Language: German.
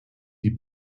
die